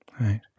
right